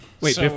Wait